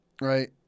right